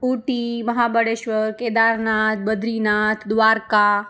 Ooty Mahabaleshwar Kedarnath Badrinath Dwarka